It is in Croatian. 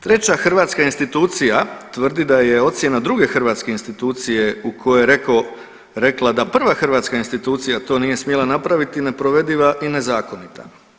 Treća hrvatska institucija tvrdi da je ocjena druge hrvatske institucije u kojoj je rekao, rekla da prva hrvatska institucija to nije smjela napraviti, neprovediva i nezakonita.